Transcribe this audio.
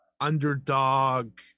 underdog